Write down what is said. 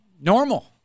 normal